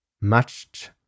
matched